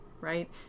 right